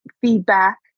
feedback